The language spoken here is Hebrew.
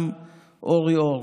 גם אורי אור.